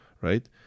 right